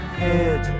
head